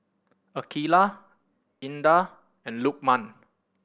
Aqilah Indah and Lukman